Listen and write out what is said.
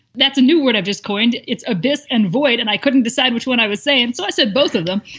that's a new word i've just coined. it's a beast and void. and i couldn't decide which one i was saying. so i said both of them.